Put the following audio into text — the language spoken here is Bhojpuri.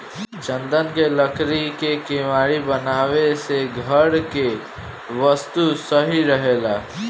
चन्दन के लकड़ी के केवाड़ी बनावे से घर के वस्तु सही रहेला